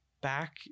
back